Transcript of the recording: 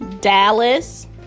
Dallas